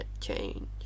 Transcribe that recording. Change